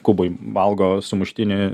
kuboj valgo sumuštinį